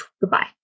goodbye